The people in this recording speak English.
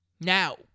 Now